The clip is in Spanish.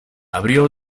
abrió